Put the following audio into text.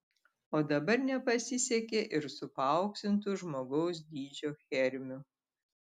o dabar nepasisekė ir su paauksintu žmogaus dydžio hermiu